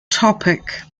topic